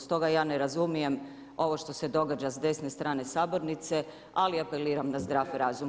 Stoga ja ne razumijem ovo što se događa s desne stran sabornice, ali apeliram na zdrav razum.